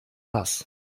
das